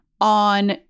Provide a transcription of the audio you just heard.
on